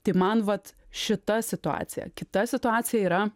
tai man vat šita situacija kita situacija yra